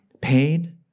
pain